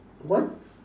what